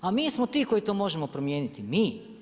A mi smo ti koji to možemo promijeniti, mi.